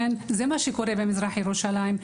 זה מה שקורה במזרח ירושלים.